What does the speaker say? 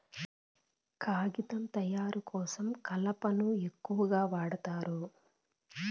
కాగితం తయారు కోసం కలపను ఎక్కువగా వాడుతారు